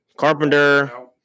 Carpenter